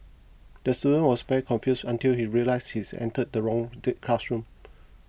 the student was very confused until he realised he is entered the wrong the classroom